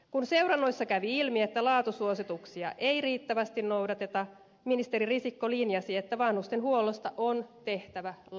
kun seurannoissa kävi ilmi että laatusuosituksia ei riittävästi noudateta ministeri risikko linjasi että vanhustenhuollosta on tehtävä laki